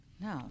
No